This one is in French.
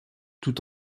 tout